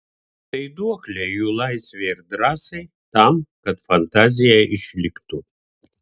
tai duoklė jų laisvei ir drąsai tam kad fantazija išliktų